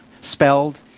spelled